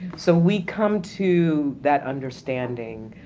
so we come to that understanding,